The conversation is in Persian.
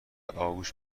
آغوش